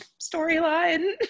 storyline